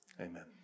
amen